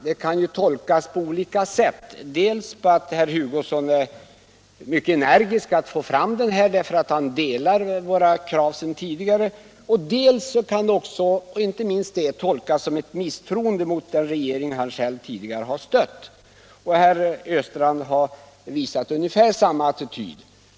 Det kan ju tolkas på olika sätt, dels så att herr Hugosson är mycket energisk att verka för en långsiktig vägpolitik, därför att han delar våra krav sedan tidigare, dels inte minst som ett misstroende mot den regering han själv tidigare har stött. Herr Östrand har visat ungefär samma attityd.